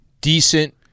decent